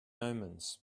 omens